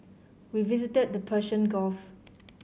we visited the Persian Gulf